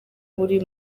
buri